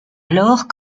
alors